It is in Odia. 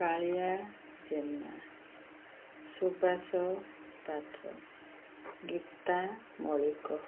କାଳିଆ ଜେନା ସୁବାଷ ପାତ୍ର ଗୀତା ମଳିକ